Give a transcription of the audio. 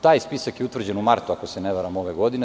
Taj spisak je utvrđen u martu, ako se ne varam, ove godine.